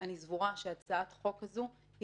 אני סבורה שהצעת החוק הזו היא